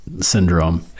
syndrome